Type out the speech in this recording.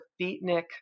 beatnik